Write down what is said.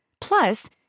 Plus